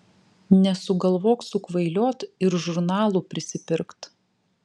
nesugalvok sukvailiot ir žurnalų prisipirkt